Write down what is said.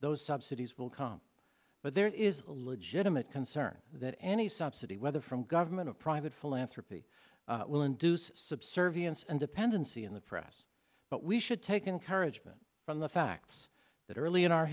those subsidies will come but there is a legitimate concern that any subsidy whether from government of private philanthropy will induce subservience and dependency in the press but we should take encourage mint from the facts that early in our